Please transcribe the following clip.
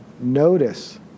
notice